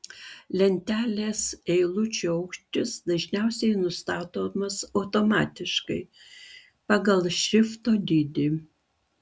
lentelės eilučių aukštis dažniausiai nustatomas automatiškai pagal šrifto dydį